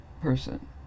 person